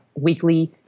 weekly